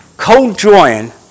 co-join